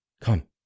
Come